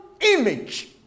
image